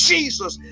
Jesus